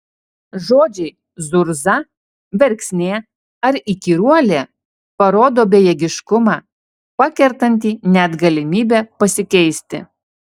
žodžiai zurza verksnė ar įkyruolė parodo bejėgiškumą pakertantį net galimybę pasikeisti